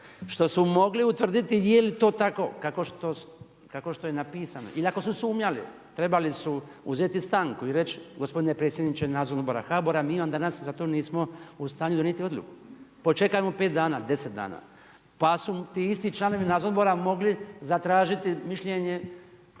što su mogli utvrditi jeli to tako kako što je napisano ili ako su sumnjali trebali su uzeti stanku i reći gospodine predsjedniče Nadzornog odbora HBOR-a mi vam danas za to nismo u stanju donijeti odluku, počekajmo pet dana, deset dana. pa su ti isti članovi nadzornog odbora zatražiti mišljenje